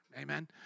Amen